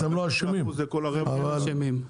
אתם לא אשמים, אבל --- הם אשמים.